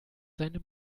seine